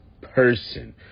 person